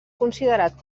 considerat